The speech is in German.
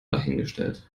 dahingestellt